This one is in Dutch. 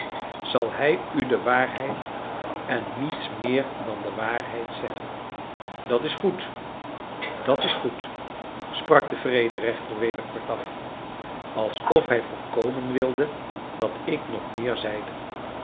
zal hij u de waarheid en niets meer dan de waarheid zeggen dat is goed dat is goed sprak de vrederechter weder kortaf alsof hij voorkomen wilde dat ik nog meer zeide